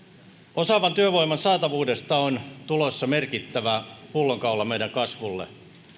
osaavan työvoiman saatavuudesta on tulossa merkittävä pullonkaula meidän kasvulle